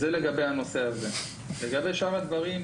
לגבי שאר הדברים.